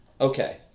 Okay